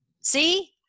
see